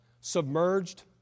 submerged